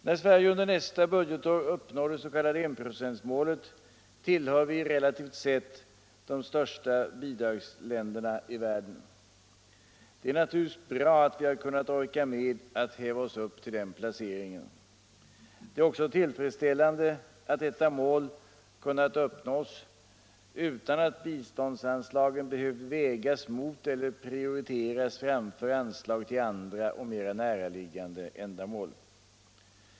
När Sverige under nästa budgetår uppnår det s.k. enprocentsmålet tillhör vi relativt sett de största bidragsländerna i världen. Det är naturligtvis bra att vi har kunnat orka med att häva oss upp till den placeringen. Det är också tillfredsställande att detta mål kunnat uppnås utan att biståndsanslagen behöver vägas mot eller prioriteras framför anslag till andra och mera näraliggande ändamål.